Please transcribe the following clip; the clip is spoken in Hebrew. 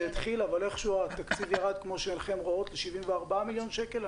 זה התחיל אבל איכשהו התקציב ירד כמו שעיניכם רואות ל-74 מיליון שקלים.